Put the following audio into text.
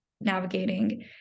navigating